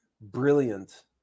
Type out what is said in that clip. brilliant